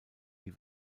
die